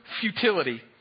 futility